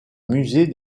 musée